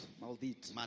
maldito